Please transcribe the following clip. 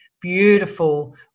beautiful